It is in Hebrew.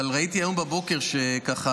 אבל ראיתי היום בבוקר שככה,